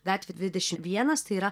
gatvė dvidešim vienas tai yra